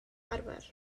arfer